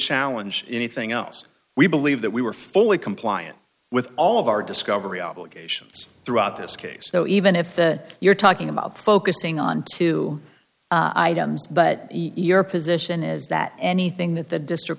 challenge anything else we believe that we were fully compliant with all of our discovery obligations throughout this case so even if the you're talking about focusing on too but your position is that anything that the district